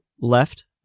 left